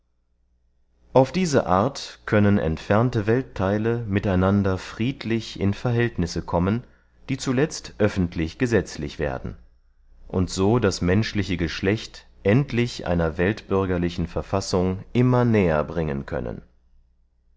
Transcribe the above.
auf diese art können entfernte welttheile mit einander friedlich in verhältnisse kommen die zuletzt öffentlich gesetzlich werden und so das menschliche geschlecht endlich einer weltbürgerlichen verfassung immer näher bringen können